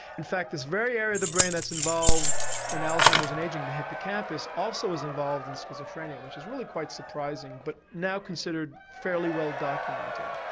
in fact this very area of the brain that's involved in alzheimer's and ageing, the hippocampus, also is involved in schizophrenia which is really quite surprising but now considered fairly well documented.